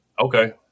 okay